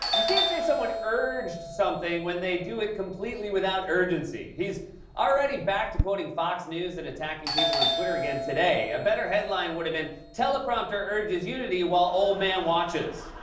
you can't say someone urged something when they do it completely without urgency. he's already back to quoting fox news and attacking people on twitter again today. a better headline would've been teleprompter urges unity while old man watches.